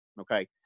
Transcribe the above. Okay